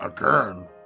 Again